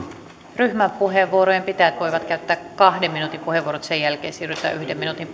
ryhmäpuheenvuorojen pitäjät voivat käyttää kahden minuutin puheenvuorot ja sen jälkeen siirrytään yhden minuutin